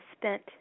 spent